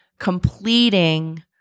completing